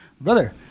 Brother